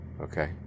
Okay